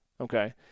Okay